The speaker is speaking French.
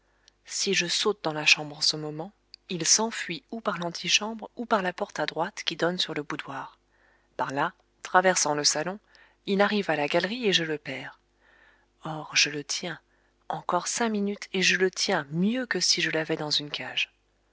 si je saute dans la chambre en ce moment il s'enfuit ou par l'antichambre ou par la porte à droite qui donne sur le boudoir par là traversant le salon il arrive à la galerie et je le perds or je le tiens encore cinq minutes et je le tiens mieux que si je l'avais dans une cage